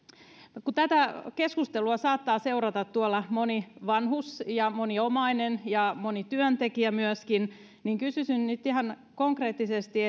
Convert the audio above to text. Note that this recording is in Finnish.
kun tätä keskustelua saattaa seurata moni vanhus ja moni omainen ja moni työntekijä myöskin niin kysyisin nyt ihan konkreettisesti